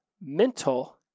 mental